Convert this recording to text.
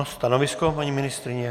Stanovisko paní ministryně?